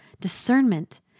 Discernment